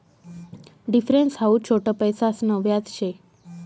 difference हाऊ छोट पैसासन व्याज शे